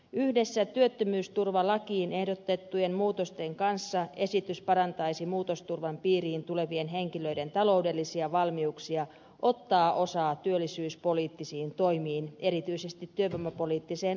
yhdessä työttömyysturvalakiin ehdotettujen muutosten kanssa esitys parantaisi muutosturvan piiriin tulevien henkilöiden taloudellisia valmiuksia ottaa osaa työllisyyspoliittisiin toimiin erityisesti työvoimapoliittiseen aikuiskoulutukseen